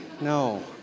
No